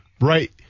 right